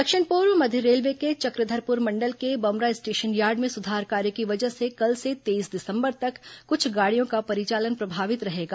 train परिचालन दक्षिण पूर्व मध्य रेलवे के चक्रधरपुर मंडल के बमरा स्टेशन यार्ड में सुधार कार्य की वजह से कल से तेईस दिसम्बर तक कुछ गाड़ियों का परिचालन प्रभावित रहेगा